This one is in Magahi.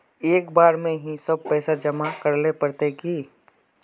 एक बार में ही सब पैसा जमा करले पड़ते की?